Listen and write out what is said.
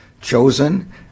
chosen